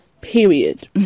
period